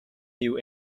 new